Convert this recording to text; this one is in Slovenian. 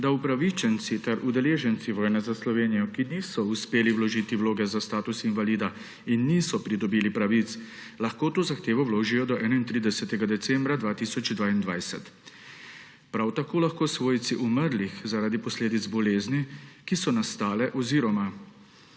da upravičenci ter udeleženci vojne za Slovenijo, ki niso uspeli vložiti vloge za status invalida in niso pridobili pravic, lahko to zahtevo vložijo do 31. decembra 2022. Prav tako lahko svojci umrlih zaradi posledic bolezni, ki so nastale ob